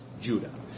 Judah